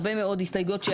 הרבה מאוד הסתייגויות,